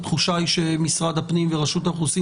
התחושה היא שמשרד הפנים ורשות האוכלוסין